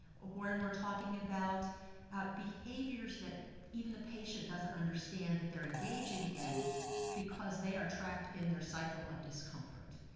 we're and we're talking about behaviors that even the patient doesn't understand that they're engaging in because they are trapped in their cycle of discomfort.